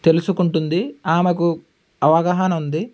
తెలుసుకుంటుంది ఆమెకు అవగాహన ఉంది